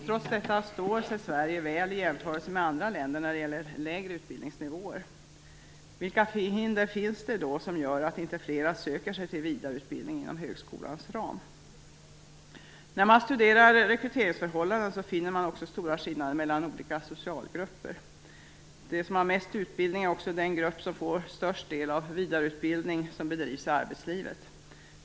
Trots detta står sig Sverige väl i jämförelse med andra länder när det gäller lägre utbildningsnivåer. Vilka hinder finns det då som gör att inte fler söker sig till vidareutbildning inom högskolans ram? När man studerar rekryteringsförhållanden finner man också stora skillnader mellan olika socialgrupper. De som har mest utbildning är också den grupp som får störst del av vidareutbildning som bedrivs i arbetslivet.